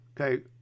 Okay